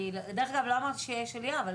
דרך אגב, לא אמרתי שיש עלייה, אבל